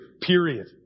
period